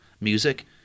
music